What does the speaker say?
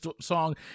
song